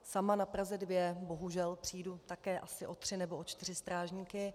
Sama na Praze 2 bohužel přijdu také asi o tři nebo o čtyři strážníky.